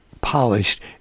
polished